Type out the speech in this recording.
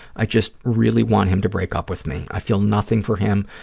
i just really want him to break up with me. i feel nothing for him,